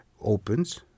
opens